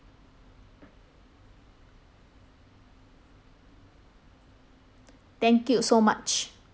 thank you so much